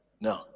no